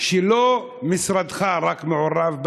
שלא רק משרדך מעורב בה,